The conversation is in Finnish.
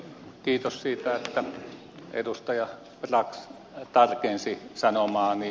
kiitos siitä että edustaja brax tarkensi sanomaani